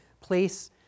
place